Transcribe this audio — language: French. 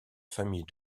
famille